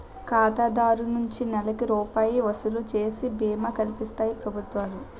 ఖాతాదారు నుంచి నెలకి రూపాయి వసూలు చేసి బీమా కల్పిస్తాయి ప్రభుత్వాలు